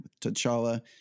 T'Challa